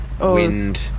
wind